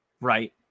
Right